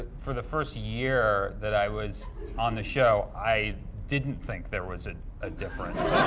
for the first year that i was on the show i didn't think there was a ah difference.